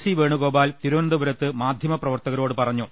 C Venugopal തിരുവനന്തപുരത്ത് മാധ്യമപ്രവർത്തകരോട് പറഞ്ഞു